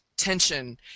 tension